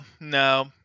no